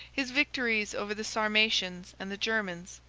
his victories over the sarmatians and the germans,